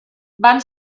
van